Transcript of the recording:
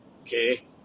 okay